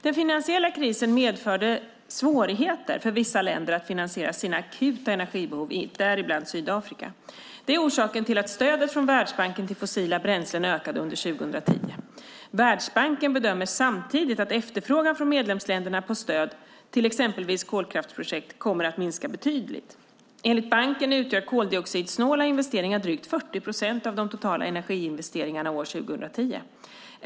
Den finansiella krisen medförde svårigheter för vissa länder att finansiera sina akuta energibehov, däribland Sydafrika. Det är orsaken till att stödet från Världsbanken till fossila bränslen ökade under 2010. Världsbanken bedömer samtidigt att efterfrågan från medlemsländerna på stöd till exempelvis kolkraftsprojekt kommer att minska betydligt. Enligt banken utgör koldioxidsnåla investeringar drygt 40 procent av de totala energiinvesteringarna år 2010.